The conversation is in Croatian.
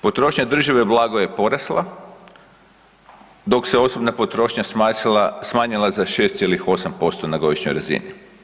Potrošnja države blago je porasla dok se osobna potrošnja smanjila za 6,8% na godišnjoj razini.